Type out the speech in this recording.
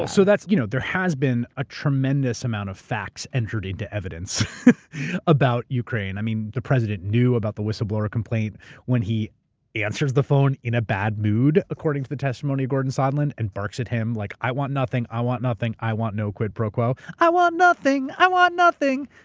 yeah so you know there has been a tremendous amount of facts entered into evidence about ukraine. i mean, the president knew about the whistleblower complaint when he answers the phone in a bad mood, according to the testimony of gordon sondland, and barks at him, like i want nothing. i want nothing. i want no quid pro quo. i want nothing. i want nothing.